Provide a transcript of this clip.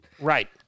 Right